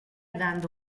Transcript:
dando